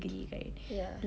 ya